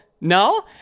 No